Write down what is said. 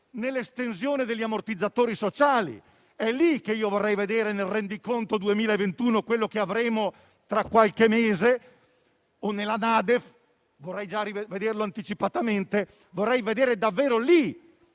per l'estensione degli ammortizzatori sociali. È lì che io vorrei vedere nel rendiconto 2021 quello che avremo tra qualche mese; oppure vorrei vederlo anticipatamente nella NADEF. Vorrei vedere davvero lì